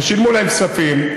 שילמו להם כספים.